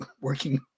working